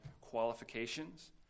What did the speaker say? qualifications